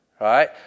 right